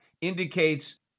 indicates